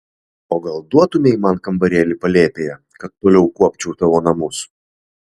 o gal duotumei man kambarėlį palėpėje kad toliau kuopčiau tavo namus